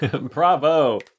Bravo